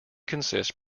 consists